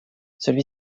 celui